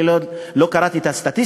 אני לא קראתי את הסטטיסטיקה,